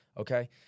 okay